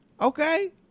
Okay